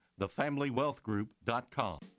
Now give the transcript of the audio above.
thefamilywealthgroup.com